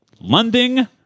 London